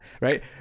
Right